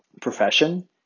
Profession